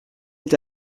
est